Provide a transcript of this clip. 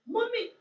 Mommy